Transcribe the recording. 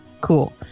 Cool